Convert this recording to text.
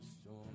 storm